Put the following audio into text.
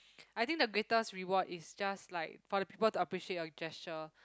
I think the greatest reward is just like for the people to appreciate your gesture